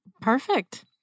Perfect